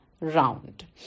round